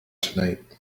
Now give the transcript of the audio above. tonight